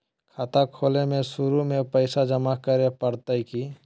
खाता खोले में शुरू में पैसो जमा करे पड़तई की?